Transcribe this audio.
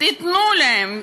תיתנו להם.